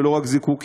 ולא רק זיקוקים,